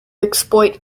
exploit